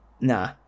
nah